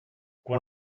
quan